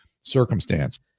circumstance